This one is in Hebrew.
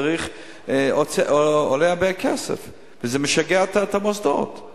זה עולה הרבה כסף וזה משגע את המוסדות.